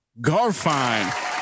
Garfine